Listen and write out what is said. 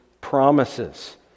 promises